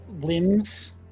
limbs